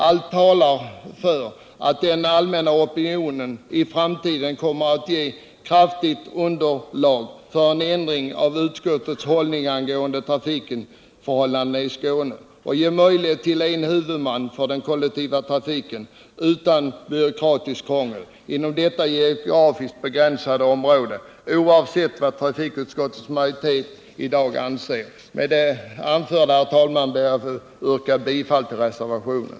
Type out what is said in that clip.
Allt talar för att den allmänna opinionen i framtiden kommer att utgöra ett kraftigt underlag för en ändring av utskottets inställning till trafikförhållandena i Skåne, så att man utan byråkratiskt krångel kan ge Skåne möjlighet till ett system med en huvudman för den kollektiva trafiken inom detta geografiskt begränsade område, oavsett vad trafikutskottets majoritet i dag anser. Herr talman! Med det anförda ber jag att få yrka bifall till reservationen.